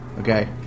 Okay